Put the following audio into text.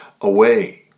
away